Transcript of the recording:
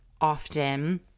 often